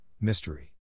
Mystery